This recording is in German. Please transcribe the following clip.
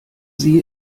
sie